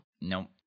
Nope